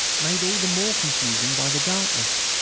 made all the more confusing by the darkness.